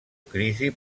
crisi